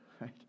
right